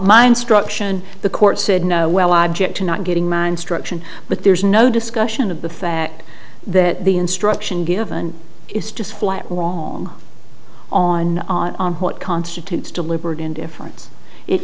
my instruction the court said no well object to not getting my instruction but there's no discussion of the fact that the instruction given is just flat wrong on on what constitutes deliberate indifference it